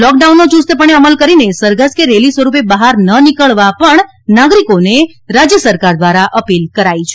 લોકડાઉનનો યુસ્તપણે અમલ કરીને સરઘસ કે રેલી સ્વરૂપે બહાર ન નીકળવા પણ નાગરિકોને રાજ્ય સરકાર દ્વારા અપીલ કરાઇ છે